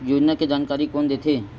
योजना के जानकारी कोन दे थे?